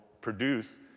produce